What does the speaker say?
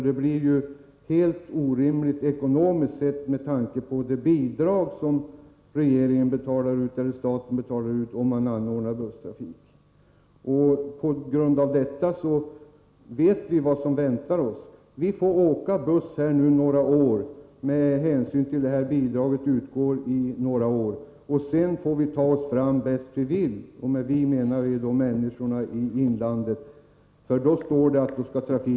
Det blir annars helt orimligt ekonomiskt sett med tanke på det bidrag som staten betalar till busstrafiken. På grund härav vet vi vad som väntar oss. Vi får åka buss en tid med hänsyn till att detta bidrag utgår under några år. Sedan får vi ta oss fram bäst vi vill, för då skall trafiken integreras med övrig trafik.